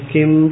Kim